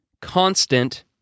constant